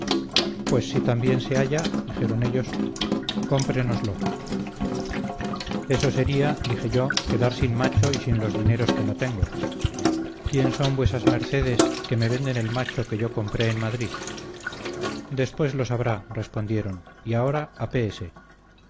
pues si tan bien se halla dijeron ellos cómprenoslo eso sería dije yo quedar sin macho y sin los dineros que no tengo quién son vuesas mercedes que me venden el macho que yo compré en madrid después lo sabrá respondieron y ahora apéese